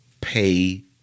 Pay